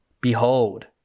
behold